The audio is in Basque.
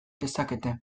dezakete